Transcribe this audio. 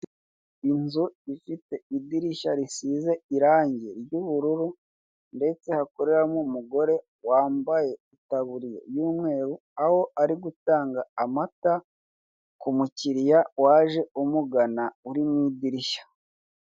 Inzu ifite idirishya risize irange ry'ubururu ndetse hakoreramo umugore wambaye itaburiya y'umweru aho ari gutanga amata ku mukiriya waje umugana uri mu idirishya.